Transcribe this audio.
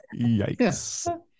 Yikes